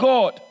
God